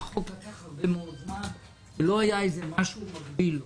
וזה לקח הרבה מאוד זמן כי לא היה משהו מקביל לו.